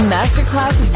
Masterclass